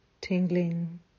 tingling